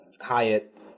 Hyatt